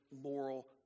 moral